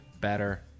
better